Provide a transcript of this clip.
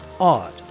odd